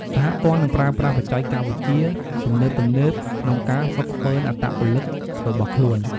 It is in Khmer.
សហព័ន្ធនឹងប្រើប្រាស់បច្ចេកវិទ្យាទំនើបៗក្នុងការហ្វឹកហ្វឺនអត្តពលិករបស់ខ្លួន។